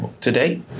today